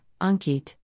Ankit